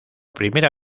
primera